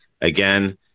again